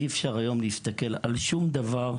אי-אפשר היום להסתכל על שום דבר,